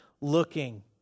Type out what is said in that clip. looking